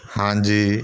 ਹਾਂਜੀ